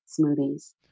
smoothies